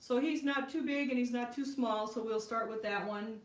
so he's not too big and he's not too small. so we'll start with that one